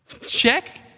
check